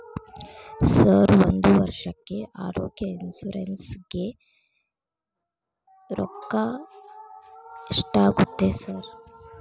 Sir ಒಂದು ವರ್ಷಕ್ಕೆ ಆರೋಗ್ಯ ಇನ್ಶೂರೆನ್ಸ್ ಗೇ ರೊಕ್ಕಾ ಎಷ್ಟಾಗುತ್ತೆ ಸರ್?